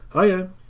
Hiya